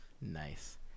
Nice